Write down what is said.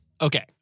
Okay